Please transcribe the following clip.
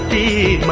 a